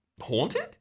haunted